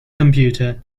computer